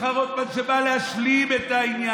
בא החוק של שמחה רוטמן שבא להשלים את העניין,